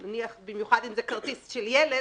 במיוחד אם זה כרטיס של ילד,